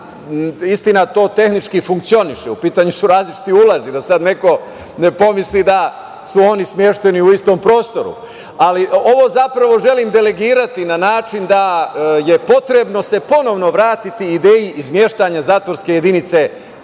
Istina to tehnički funkcioniše. U pitanju su različiti ulazi, da sada neko ne pomisli da su oni smešteni u istom prostoru, ali ovo zapravo želim delegirati na način da je potrebno ponovo se vratiti ideji izmeštanja zatvorske jedinice